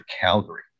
Calgary